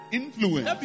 influence